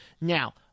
Now